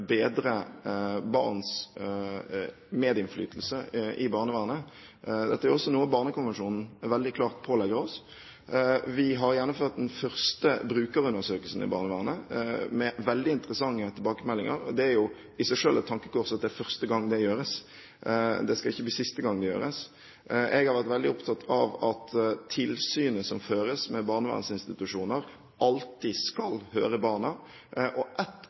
bedre barns medinnflytelse i barnevernet. Dette er også noe barnekonvensjonen veldig klart pålegger oss. Vi har gjennomført den første brukerundersøkelsen i barnevernet, med veldig interessante tilbakemeldinger. Det er jo i seg selv et tankekors at det er første gang det gjøres. Det skal ikke være siste gang det gjøres. Jeg har vært veldig opptatt av at tilsynet som føres med barnevernsinstitusjoner, alltid skal høre